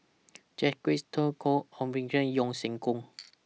Jacques De Coutre Chua Ek Kay and Yeo Siak Goon